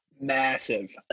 massive